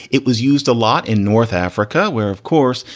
it was used a lot in north africa, where, of course,